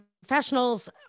professionals